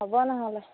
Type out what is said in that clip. হ'ব নহ'লে